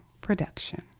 production